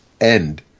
end